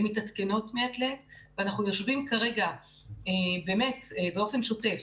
הן מתעדכנות מעת לעת ואנחנו יושבים כרגע באמת באופן שוטף,